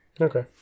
Okay